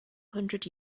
hundred